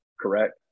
correct